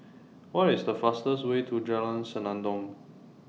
What IS The fastest Way to Jalan Senandong